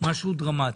משהו דרמטי.